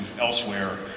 Elsewhere